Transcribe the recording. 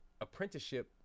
apprenticeship